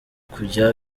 kujya